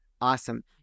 Awesome